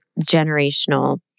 generational